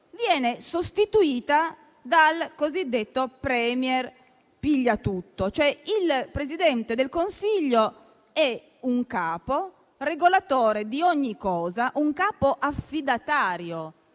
viene sostituita dal cosiddetto *Premier* pigliatutto, nel senso che il Presidente del Consiglio è un capo regolatore di ogni cosa; un capo affidatario.